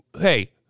Hey